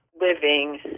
living